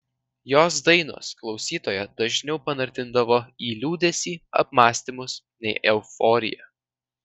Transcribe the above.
jos dainos klausytoją dažniau panardindavo į liūdesį apmąstymus nei euforiją